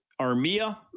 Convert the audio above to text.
Armia